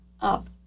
up